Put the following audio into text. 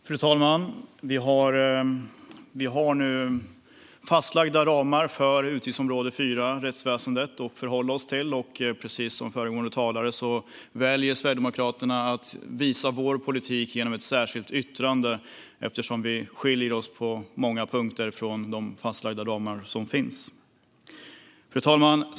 Fru talman! Vi har nu fastlagda ramar för Utgiftsområde 4 Rättsväsendet att förhålla oss till. Precis som föregående talare väljer vi i Sverigedemokraterna att visa vår politik genom ett särskilt yttrande, eftersom vår politik på många punkter skiljer sig från de fastlagda ramarna. Fru talman!